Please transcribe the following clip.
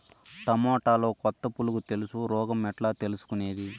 టమోటాలో కొత్త పులుగు తెలుసు రోగం ఎట్లా తెలుసుకునేది?